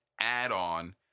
add-on